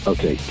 Okay